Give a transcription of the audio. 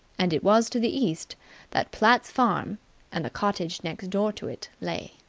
and it was to the east that platt's farm and the cottage next door to it lay.